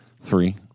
three